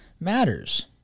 Matters